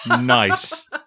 nice